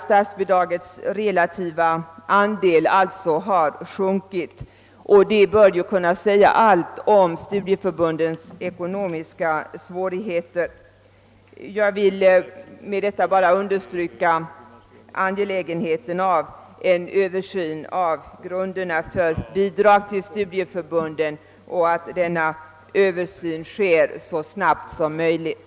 Statsbidragets relativa andel har alltså sjunkit, vilket säger allt om studieförbundens ekonomiska svårigheter. Jag vill därför understryka angelägenheten av att det företas en översyn av grunderna för bidrag till studieförbunden och att denna sker så snart som möjligt.